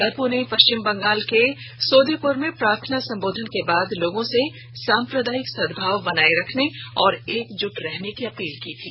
बापू ने पश्चिम बंगाल के सोदेपुर में प्रार्थना संबोधन के बाद लोगों से साम्प्रदायिक सद्भाव बनाये रखने और एकजुट रहने की अपील की थी